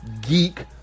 geek